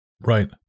Right